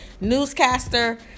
Newscaster